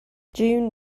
june